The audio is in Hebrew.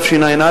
תשע"א.